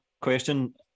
question